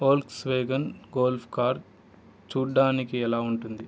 Volkswagen Golf car చూడడానికి ఎలా ఉంటుంది